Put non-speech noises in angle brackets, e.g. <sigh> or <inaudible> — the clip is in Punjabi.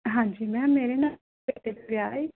ਹਾਂਜੀ ਮੈਮ ਮੇਰੇ ਨਾ <unintelligible> ਹਫ਼ਤੇ ਵਿਆਹ ਹੈ